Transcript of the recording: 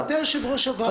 אדוני יושב-ראש הוועדה,